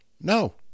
no